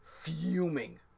fuming